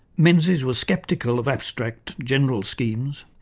menzies was sceptical of abstract, general schemes.